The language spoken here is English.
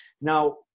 Now